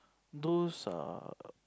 those are